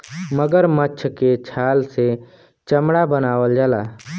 मगरमच्छ के छाल से चमड़ा बनावल जाला